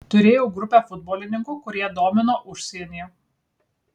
turėjau grupę futbolininkų kurie domino užsienį